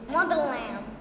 Motherland